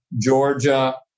Georgia